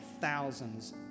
thousands